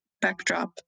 backdrop